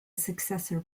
successor